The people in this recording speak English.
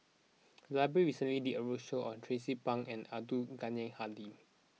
the library recently did a roadshow on Tracie Pang and Abdul Ghani Hamid